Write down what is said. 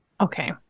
Okay